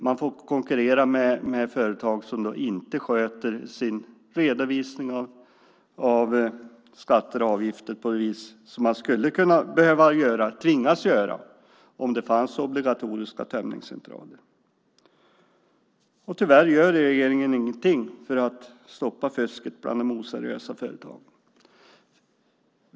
De får konkurrera med företag som inte sköter sin redovisning av skatter och avgifter på det sätt som de skulle tvingas göra om det fanns obligatoriska tömningscentraler. Tyvärr gör regeringen ingenting för att stoppa fusket bland de oseriösa företagarna.